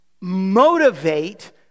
motivate